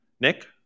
Nick